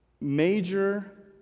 Major